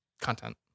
content